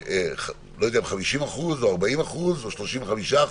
אני לא יודע אם 50%, 40% או 35%,